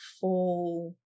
full